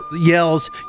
yells